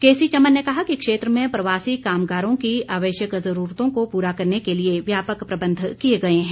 केसी चमन ने कहा कि क्षेत्र में प्रवासी कामगारों की आवश्यक जरूरतों को पूरा करने के लिए व्यापक प्रबंध किए गए है